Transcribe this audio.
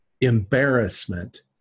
embarrassment